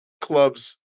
clubs